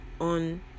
on